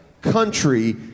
country